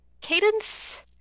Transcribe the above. Cadence